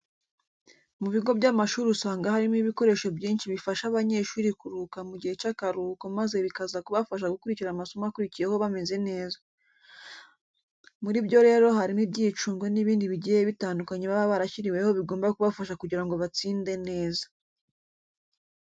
Mu bigo by'amashuri usanga harimo ibikoresho byinshi bifasha abanyeshuri kuruhuka mu gihe cy'akaruhuko maze bikaza kubafasha gukurikira amasomo akurikiyeho bameze neza. Muri byo rero harimo ibyicungo n'ibindi bigiye bitandukanye baba barashyiriweho bigomba kubafasha kugira ngo batsinde neza.